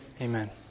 Amen